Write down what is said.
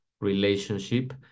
relationship